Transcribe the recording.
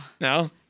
No